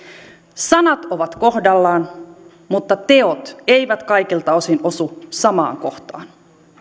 sanat ovat kohdallaan mutta teot eivät kaikilta osin osu samaan kohtaan